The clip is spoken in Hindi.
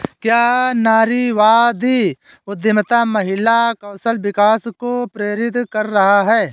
क्या नारीवादी उद्यमिता महिला कौशल विकास को प्रेरित कर रहा है?